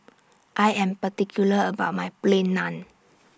I Am particular about My Plain Naan